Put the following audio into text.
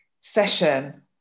session